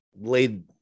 laid